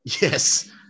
Yes